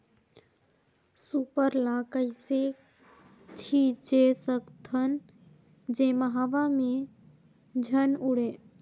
Super ल कइसे छीचे सकथन जेमा हवा मे झन उड़े?